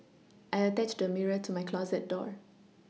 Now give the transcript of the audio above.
I attached a mirror to my closet door